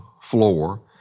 floor